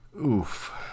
oof